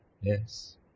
Yes